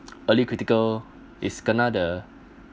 early critical is kena the